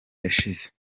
yashize